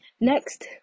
Next